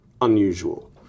unusual